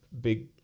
big